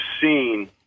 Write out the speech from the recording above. seen